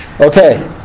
Okay